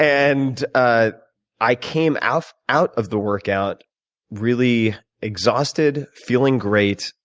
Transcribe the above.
and ah i came out out of the workout really exhausted, feeling great,